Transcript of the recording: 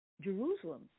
Jerusalem